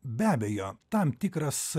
be abejo tam tikras